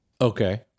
Okay